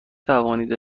توانید